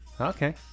okay